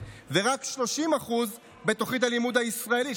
ורק 30% בתוכנית הלימוד הישראלית,